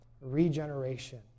regeneration